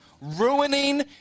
ruining